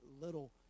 little